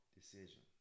decision